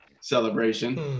celebration